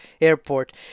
Airport